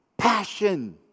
Passion